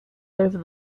over